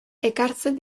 ekartzen